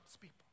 people